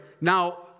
now